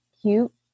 Cute